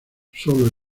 sólo